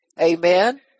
Amen